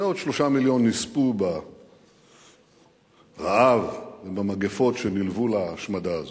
ועוד 3 מיליון נספו ברעב ובמגפות שנלוו להשמדה הזאת.